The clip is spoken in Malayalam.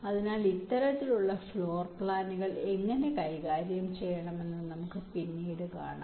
അതിനാൽ ഇത്തരത്തിലുള്ള ഫ്ലോർ പ്ലാനുകൾ എങ്ങനെ കൈകാര്യം ചെയ്യണമെന്ന് നമുക്ക് പിന്നീട് കാണാം